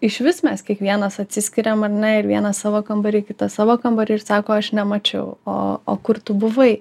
išvis mes kiekvienas atsiskiriam ar ne ir vienas savo kambarį kitas savo kambarį ir sako aš nemačiau o o kur tu buvai